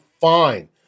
fine